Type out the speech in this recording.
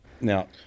now